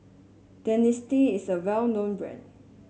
Dentiste is a well known brand